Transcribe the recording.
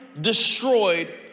destroyed